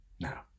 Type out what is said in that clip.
now